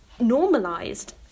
Normalized